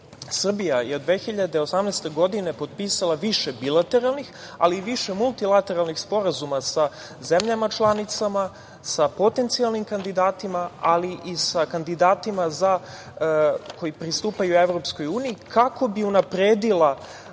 EU.Srbija je od 2018. godine potpisala više bilateralnih, ali i više multilateralnih sporazuma sa zemljama članicama, sa potencijalnim kandidatima, ali i sa kandidatima koji pristupaju EU kako bi unapredila